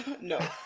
No